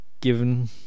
given